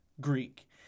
Greek